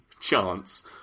chance